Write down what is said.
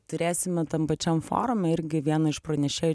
turėsime tam pačiam forume irgi viena iš pranešėjų